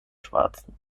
schwarzen